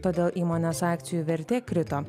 todėl įmonės akcijų vertė krito